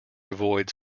avoids